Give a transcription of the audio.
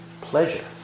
pleasure